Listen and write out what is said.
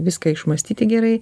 viską išmąstyti gerai